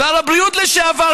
שר הבריאות לשעבר,